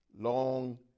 long